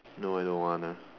no I don't wanna